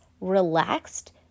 relaxed